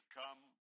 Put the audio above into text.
come